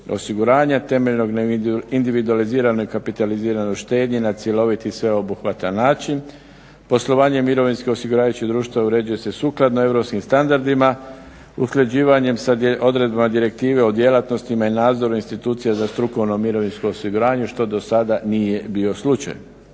osiguranja, temeljenog ne individualizirane kapitalizirane štednje, na cjelovitim sveobuhvatan način, poslovanje mirovinski osiguravajućih društava uređuje se sukladno europskim standardima, usklađivanjem sad je odredba direktive o djelatnostima i nadzoru institucija za strukovno mirovinsko osiguranje što do sada nije bio slučaj.